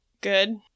Good